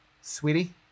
sweetie